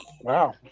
wow